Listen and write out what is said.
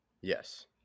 Yes